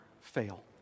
fail